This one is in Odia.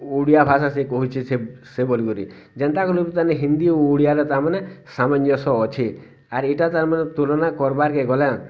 ଓଡ଼ିଆ ଭାଷା ସେ କହୁଛେ ସେ ସେ ବଲିକରି ଯେନ୍ତା କଲେ ବି ତାମାନେ ହିନ୍ଦୀ ଓଡ଼ିଆ ତାର୍ମାନେ ସାମଞ୍ଜସ୍ୟ ଅଛେ ଆର୍ ଇଟା ତାର୍ମାନେ ତୁଳନା କର୍ବାର୍ କେ ଗଲେ